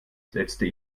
setzte